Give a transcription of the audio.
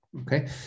okay